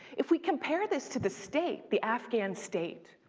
if we compare this to the state, the afghan state,